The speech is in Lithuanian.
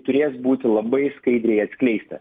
turės būti labai skaidriai atskleista